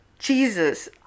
Jesus